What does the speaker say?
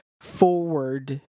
forward